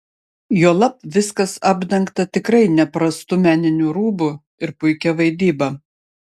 juolab viskas apdengta tikrai neprastu meniniu rūbu ir puikia vaidyba